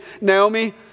Naomi